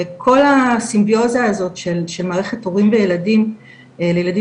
וכל הסימביוזה הזאת של מערכת הורים וילדים לילדים